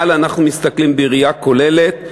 אבל אנחנו מסתכלים בראייה כוללת,